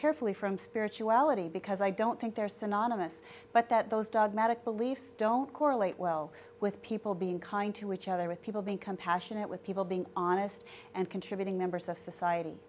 carefully from spirituality because i don't think they're synonymous but that those dogmatic belief don't correlate well with people being kind to each other with people being compassionate with people being honest and contributing members of society